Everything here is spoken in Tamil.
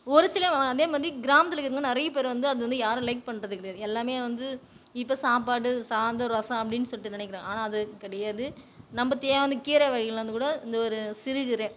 ஒரு சில அதேமாதிரி கிராமத்தில் இருக்க நிறைய பேர் வந்து அதை வந்து யாரும் லைக் பண்ணுறது கிடையாது எல்லாமே வந்து இப்போ சாப்பாடு சாதம் ரசம் அப்படின்னு சொல்லிட்டு நினைக்கிறாங்க ஆனால் அது கிடையாது நம்ம தேவை இருந்தால் கீரை வகைகள் கூட இந்த ஒரு சிறு கீரை